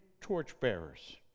torchbearers